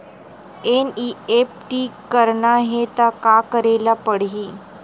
NEFT करना हे त का करे ल पड़हि?